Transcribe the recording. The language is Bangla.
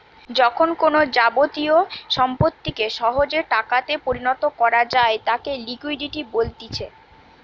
যখন কোনো যাবতীয় সম্পত্তিকে সহজে টাকাতে পরিণত করা যায় তাকে লিকুইডিটি বলতিছে